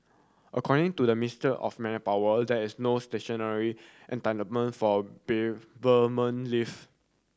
according to the Mister of Manpower there is no statutory entitlement for beer bereavement leave